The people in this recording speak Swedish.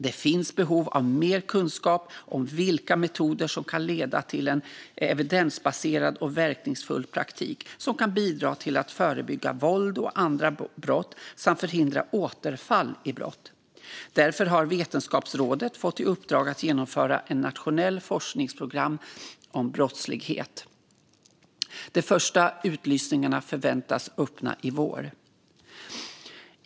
Det finns behov av mer kunskap om vilka metoder som kan leda till en evidensbaserad och verkningsfull praktik, bidra till att förebygga våld och andra brott samt förhindra återfall i brott. Därför har Vetenskapsrådet fått i uppdrag att genomföra ett nationellt forskningsprogram om brottslighet. De första utlysningarna förväntas öppna i vår.